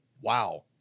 wow